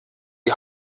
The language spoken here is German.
die